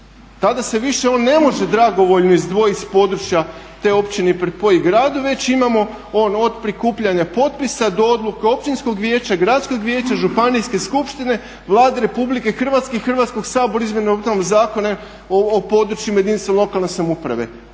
tada se više on ne može dragovoljno izdvojiti iz područja te općine i pripojiti gradu već imamo ono od prikupljanja potpisa do odluke općinskog vijeća, županijske skupštine, Vlade RH i Hrvatskog sabora izmjenom Zakona o područjima jedinica lokalne samouprave.